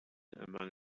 among